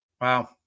Wow